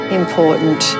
important